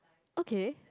okay